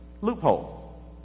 Loophole